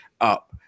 up